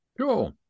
Cool